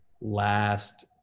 last